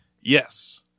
Yes